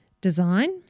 design